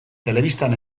telebistan